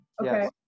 okay